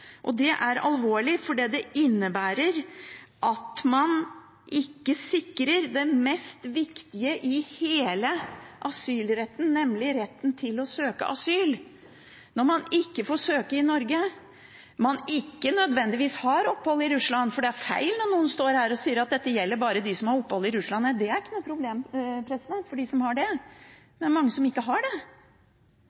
folkeretten. Det er alvorlig, for det innebærer at man ikke sikrer det viktigste i hele asylretten, nemlig retten til å søke asyl. De som søker i Norge, har ikke nødvendigvis opphold i Russland. Det er feil når noen står her og sier at dette gjelder bare dem som har opphold i Russland. Det er ikke noe problem for dem som har det, men det er mange som ikke har det.